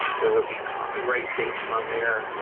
there will be copyright dates on there.